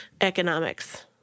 economics